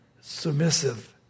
submissive